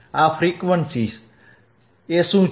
આ ફ્રીક્વંસી શું છે